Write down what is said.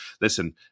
listen